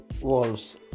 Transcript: wolves